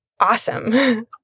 awesome